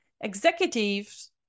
Executives